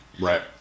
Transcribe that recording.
Right